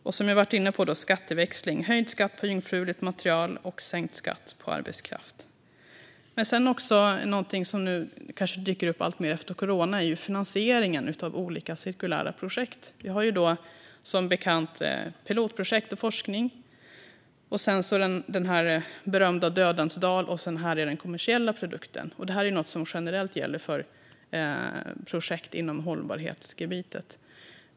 Detta med skatteväxling har jag varit inne på: Höjd skatt på influget material och sänkt skatt på arbetskraft. Något som dyker upp alltmer efter corona gäller finansieringen av olika cirkulära projekt. Vi har som bekant pilotprojekt och forskning. Sedan är det den bekanta dödens dal och sedan den kommersiella produkten. Detta är något som generellt gäller för projekt på hållbarhetsområdet.